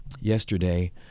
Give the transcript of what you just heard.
yesterday